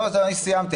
אני סיימתי.